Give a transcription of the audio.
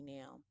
now